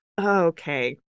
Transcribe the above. Okay